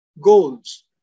goals